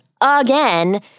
again